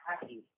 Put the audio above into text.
happy